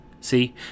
See